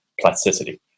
plasticity